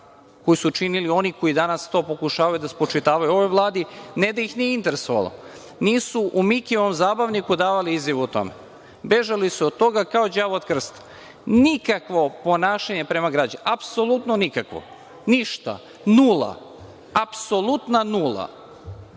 koju su činili oni koji danas to pokušavaju da spočitavaju ovoj Vladi, ne da ih nije interesovalo, nisu u Mikijevom zabavniku davali izjave o tome. Bežali su od toga kao đavo od krsta. Nikakvog ponašanja prema građanima. Apsolutno nikakvo, ništa. Nula, apsolutna nula.